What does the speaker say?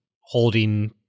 holding